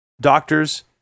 doctors